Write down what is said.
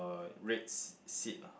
a red seat lah